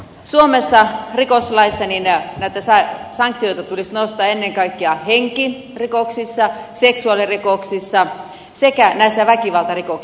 suomessa rikoslaissa näitä sanktioita tulisi nostaa ennen kaikkea henkirikoksissa seksuaalirikoksissa sekä väkivaltarikoksissa